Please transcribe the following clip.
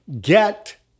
get